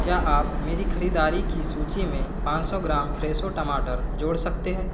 क्या आप मेरी ख़रीददारी की सूची में पाँच सौ ग्राम फ़्रेशो टमाटर जोड़ सकते हैं